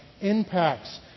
impacts